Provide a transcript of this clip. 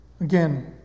again